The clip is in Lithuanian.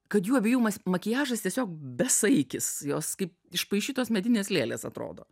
kad jų abiejų makiažas tiesiog besaikis jos kaip išpaišytos medinės lėlės atrodo